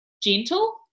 gentle